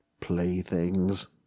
playthings